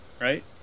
right